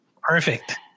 Perfect